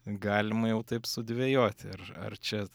galima jau taip sudvejoti ar ar čia